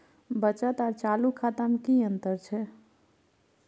बचत आर चालू खाता में कि अतंर छै?